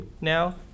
now